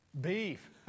Beef